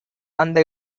அந்த